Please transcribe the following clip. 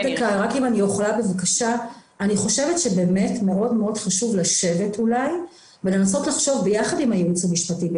אני חושבת שמאוד-מאוד חשוב לשבת ולנסות לחשוב ביחד עם הייעוץ המשפטי,